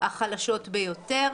החלשות ביותר.